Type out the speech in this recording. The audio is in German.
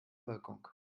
wirkung